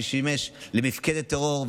ששימש למפקדת טרור,